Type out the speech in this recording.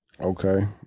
Okay